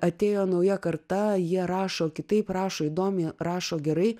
atėjo nauja karta jie rašo kitaip rašo įdomiai rašo gerai